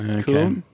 Cool